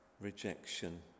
rejection